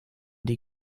die